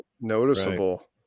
noticeable